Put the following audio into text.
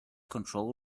control